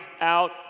out